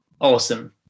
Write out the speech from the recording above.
Awesome